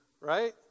right